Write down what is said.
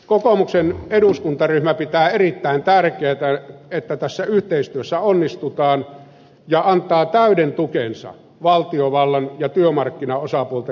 kokoomuksen eduskuntaryhmä pitää erittäin tärkeänä että tässä yhteisessä työssä onnistutaan ja antaa täyden tukensa valtiovallan ja työmarkkinaosapuolten yhteistyölle